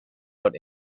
out